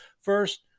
First